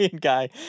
guy